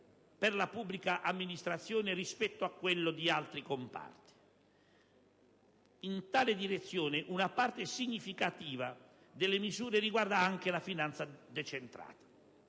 per la pubblica amministrazione rispetto a quello di altri comparti. In tale direzione, una parte significativa delle misure riguarda anche la finanza decentrata.